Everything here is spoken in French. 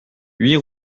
huit